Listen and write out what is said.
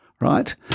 right